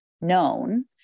known